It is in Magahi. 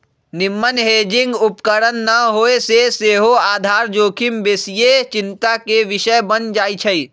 निम्मन हेजिंग उपकरण न होय से सेहो आधार जोखिम बेशीये चिंता के विषय बन जाइ छइ